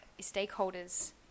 stakeholders –